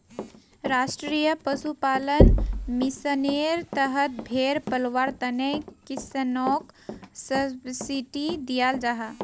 राष्ट्रीय पशुपालन मिशानेर तहत भेड़ पलवार तने किस्सनोक सब्सिडी दियाल जाहा